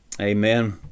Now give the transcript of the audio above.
Amen